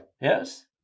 Yes